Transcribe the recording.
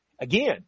Again